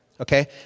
okay